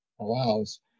allows